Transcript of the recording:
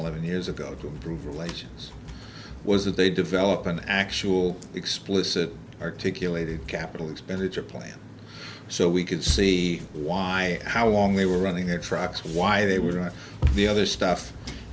eleven years ago to improve relations was that they develop an actual explicit articulated capital expenditure plan so we can see why how long they were running their trucks why they were going to the other stuff